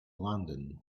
london